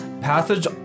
passage